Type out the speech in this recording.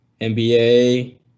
NBA